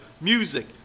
music